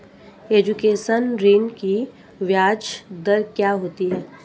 Education ऋृण की ब्याज दर क्या होती हैं?